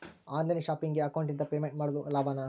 On line ಶಾಪಿಂಗಿಗೆ ಅಕೌಂಟಿಂದ payment ಮಾಡೋದು ಲಾಭಾನ?